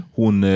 hon